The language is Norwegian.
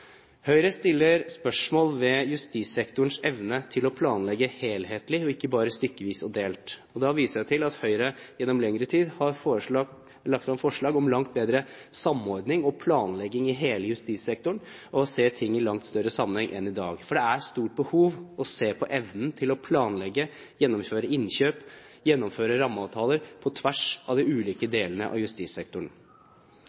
Høyre stiller spørsmål ved justissektorens evne til å planlegge helhetlig og ikke bare stykkevis og delt. Da viser jeg til at Høyre gjennom lengre tid har lagt frem forslag om en langt bedre samordning og planlegging i hele justissektoren, og å se ting i en langt større sammenheng enn i dag. Det er stort behov for å se på evnen til å planlegge, gjennomføre innkjøp, gjennomføre rammeavtaler på tvers av de ulike